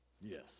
yes